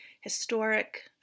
historic